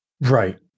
Right